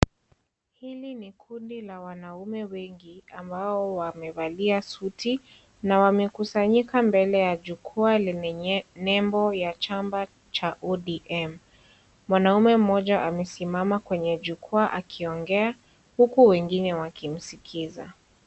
Hili ni kundi la wanaume wengi ambao wamevalia suti na wamekusanyika mbele ya jukwaa lenye nembo ya chama cha ODM. Mwanamme mmoja amesimama kenye jukwaa akiongea, huku wengine wakimskiza.